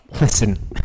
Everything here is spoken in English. listen